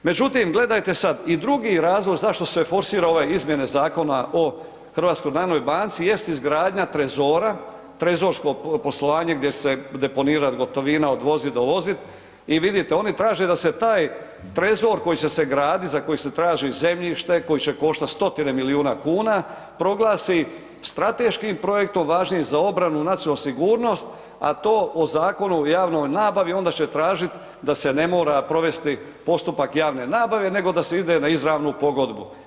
Međutim, gledajte sad i drugi razlog zašto se forsira ove izmjene Zakona o HNB-u jest izgradnja trezora, trezorskog poslovanja gdje će se deponirat gotovina, odvozit, dovozit i vidite oni traže da se taj trezor koji će se gradit, za koji se traži zemljište koji će koštat 100-tine milijuna kuna proglasi strateškim projektom važnim za obranu i nacionalnu sigurnost, a to o Zakonu o javnoj nabavi onda će tražit da se ne mora provesti postupak javne nabave nego da se ide na izravnu pogodbu.